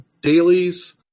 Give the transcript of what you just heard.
dailies